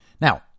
Now